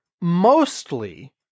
mostly